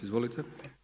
Izvolite.